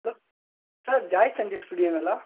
sir Joy ஸ்டூடியோங்களா